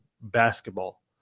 basketball